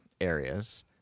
areas